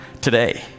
today